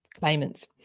claimants